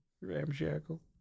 Ramshackle